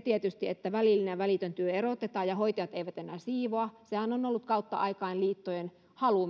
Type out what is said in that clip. tietysti välillinen ja välitön työ erotetaan ja hoitajat eivät enää siivoa sehän on ollut kautta aikain myös liittojen halu